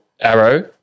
arrow